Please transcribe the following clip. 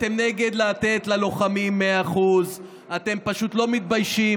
אתם נגד לתת ללוחמים 100%; אתם פשוט לא מתביישים